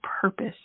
purpose